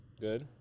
Good